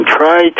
try